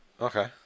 Okay